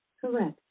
Correct